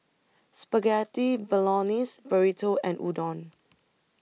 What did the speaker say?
Spaghetti Bolognese Burrito and Udon